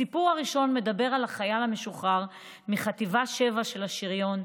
הסיפור הראשון מדבר על החייל המשוחרר מחטיבה 7 של השריון,